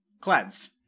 cleanse